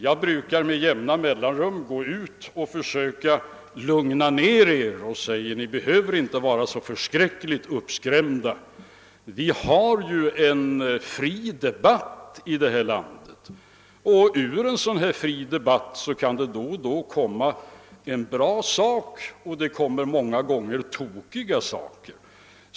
Jag brukar med jämna mellanrum gå ut och försöka lugna ner er genom att säga: Ni behöver inte vara så förskräckligt uppskrämda! Vi har ju en fri debatt i det här landet, och ur en sådan fri debatt kan det då och då komma en bra sak även om det många gånger kommer tokiga saker.